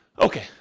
Okay